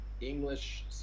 English